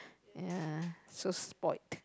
ya so spoilt